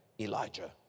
Elijah